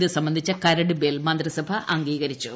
ഇത് സംബന്ധിച്ച കരട് ബിൽ മന്ത്രിസഭ അംഗീകരിച്ചു